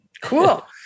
Cool